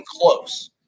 close